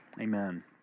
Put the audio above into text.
Amen